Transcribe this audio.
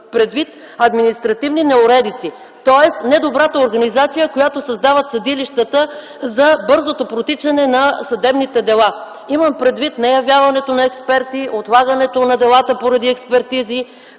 предвид административни неуредици, тоест недобрата организация, която създават съдилищата за бързото протичане на съдебните дела. Имам предвид неявяването на експерти, отлагането на делата поради експертизи,